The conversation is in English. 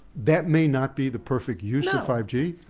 that may not be the perfect use of five g.